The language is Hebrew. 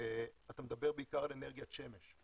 אתה מדבר בעיקר על אנרגיית שמש.